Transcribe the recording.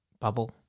bubble